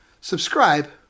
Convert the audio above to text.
subscribe